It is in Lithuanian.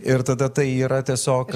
ir tada tai yra tiesiog